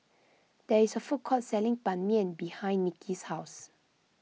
there is a food court selling Ban Mian behind Niki's house